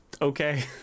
Okay